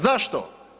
Zašto?